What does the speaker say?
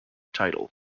title